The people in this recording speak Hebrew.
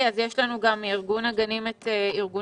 חשוב לי לומר שני דברים ביחס למה שאמר איתמר מהרשות לעסקים קטנים